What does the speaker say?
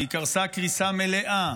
והיא קרסה קריסה מלאה.